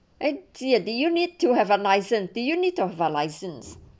eh d uh do you need to have a license do you need to have a license